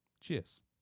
Cheers